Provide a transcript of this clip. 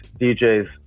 DJs